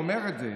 הוא אומר את זה,